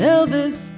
Elvis